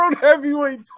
Heavyweight